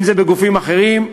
אם בגופים אחרים.